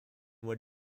were